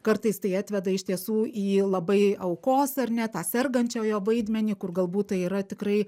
kartais tai atveda iš tiesų į labai aukos ar ne tą sergančiojo vaidmenį kur galbūt tai yra tikrai